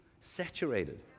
saturated